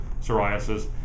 psoriasis